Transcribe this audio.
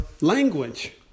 language